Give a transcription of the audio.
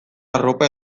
arropa